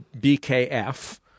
B-K-F